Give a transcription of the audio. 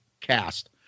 Cast